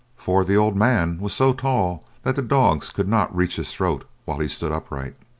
for the old man was so tall that the dogs could not reach his throat while he stood upright.